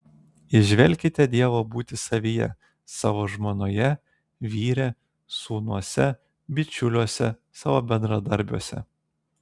įžvelkite dievo būtį savyje savo žmonoje vyre sūnuose bičiuliuose savo bendradarbiuose